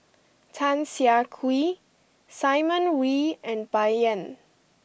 Tan Siah Kwee Simon Wee and Bai Yan